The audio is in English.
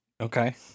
Okay